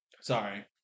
sorry